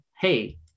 hey